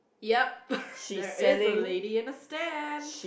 yup there is a lady in a stand